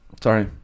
Sorry